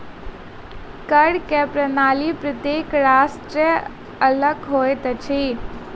कर के प्रणाली प्रत्येक राष्ट्रक अलग होइत अछि